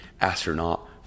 astronaut